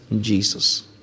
Jesus